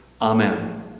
Amen